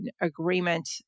agreement